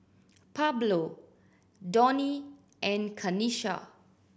Pablo Donnie and Kanisha